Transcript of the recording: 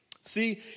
See